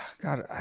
God